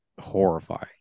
horrifying